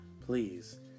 Please